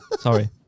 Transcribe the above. Sorry